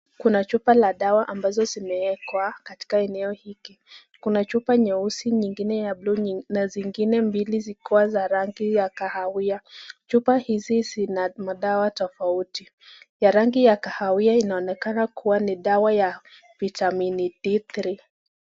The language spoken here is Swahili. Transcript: Kuna chupa la dawa ambazo zimeekwa katika eneo hiki, kuna chupa nyeusi nyingine ya (cs)blue(cs) na zingine mbili zikiwa za rangi ya kahawia, chupa hizi zina madawa tofauti, rangi ya kahawia inaonekana kuwa ni dawa ya, vitamini (cs)D3(cs).